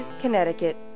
Connecticut